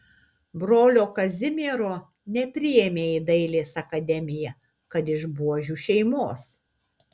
brolio kazimiero nepriėmė į dailės akademiją kad iš buožių šeimos